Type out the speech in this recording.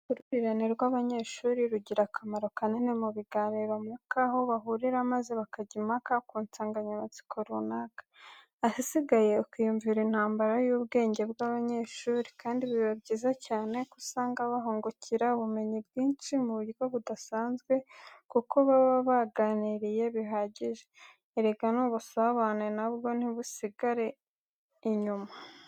Uruhurirane rw'abanyeshuri rugira akamaro kanini mu biganiro mpaka, aho bahurira maze bakajya impaka ku nsanganyamatsiko runaka, ahasigaye ukiyumvira intambara y'ubwenge bw'abanyeshuri, kandi biba byiza cyane ko usanga bahungukira ubumenyi bwishi mu buryo budasanzwe, kuko baba baganiriye bihagije, erega n'ubusabane na bwo ntibusigara inyuma.